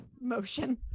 motion